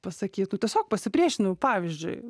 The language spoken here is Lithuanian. pasakytų tiesiog pasipriešinimu pavyzdžiui